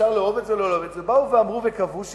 אפשר לאהוב את זה או לא לאהוב את זה באו ואמרו וקבעו שיקול,